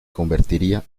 convertiría